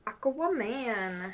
Aquaman